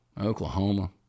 Oklahoma